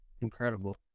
incredible